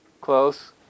Close